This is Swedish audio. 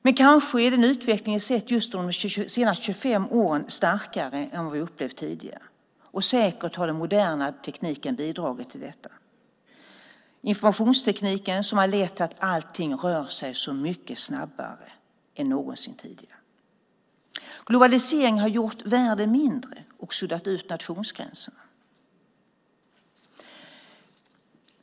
Men kanske har den utveckling som vi har sett under de senaste 25 åren varit starkare än vad vi har upplevt tidigare, och säkert har den moderna tekniken bidragit till detta. Informationstekniken har lett till att allting rör sig så mycket snabbare än någonsin tidigare. Globaliseringen har gjort världen mindre och suddat ut nationsgränserna.